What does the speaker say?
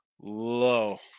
low